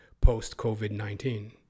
post-COVID-19